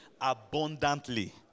abundantly